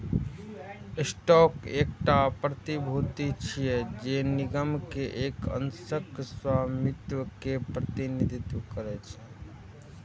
stock एकटा प्रतिभूति छियै, जे निगम के एक अंशक स्वामित्व के प्रतिनिधित्व करै छै